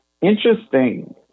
interesting